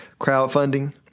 crowdfunding